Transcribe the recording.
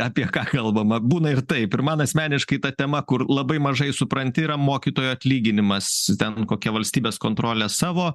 apie ką kalbama būna ir taip ir man asmeniškai ta tema kur labai mažai supranti yra mokytojo atlyginimas ten kokia valstybės kontrolė savo